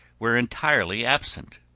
were entirely absent,